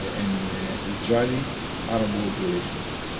in israeli arab world relations.